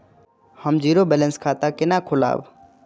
हम zero balance खाता केना खोलाब?